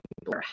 People